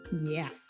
Yes